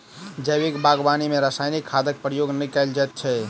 जैविक बागवानी मे रासायनिक खादक प्रयोग नै कयल जाइत छै